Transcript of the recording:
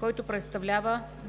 който